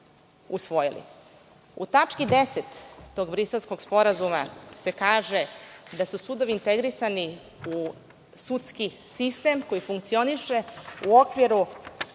usvojili.U tački 10. tog Briselskog sporazuma se kaže da su sudovi integrisani u sudski sistem koji funkcioniše u okviru